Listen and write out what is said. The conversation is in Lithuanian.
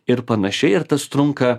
ir panašiai ir tas trunka